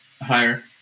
Higher